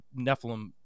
nephilim